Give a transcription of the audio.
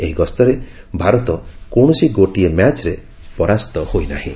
ଏହି ଗସ୍ତରେ ଭାରତ କୌଣସି ଗୋଟିଏ ମ୍ୟାଚ୍ରେ ପରାସ୍ତ ହୋଇନାହିଁ